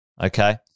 okay